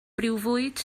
briwfwyd